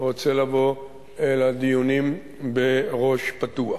רוצה לבוא אל הדיונים בראש פתוח.